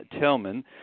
Tillman